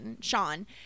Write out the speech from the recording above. Sean